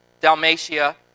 dalmatia